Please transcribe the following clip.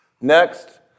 Next